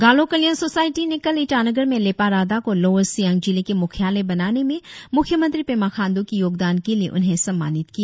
गालो कल्याण सोसायटी ने कल ईटानगर में लेपा राडा को लोअर सियांग जिले के मुख्यालय बनाने में मुख्यमंत्री पेमा खांडू की योगदान के लिए उन्हें सम्मानित किया